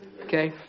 Okay